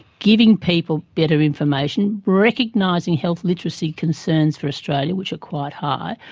giving people better information, recognising health literacy concerns for australia, which are quite high,